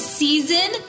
season